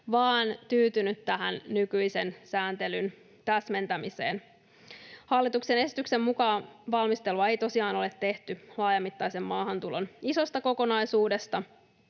vaan on tyytynyt tähän nykyisen sääntelyn täsmentämiseen. Hallituksen esityksen mukaan valmistelua ei tosiaan ole tehty laajamittaisen maahantulon isosta kokonaisuudesta,